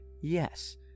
Yes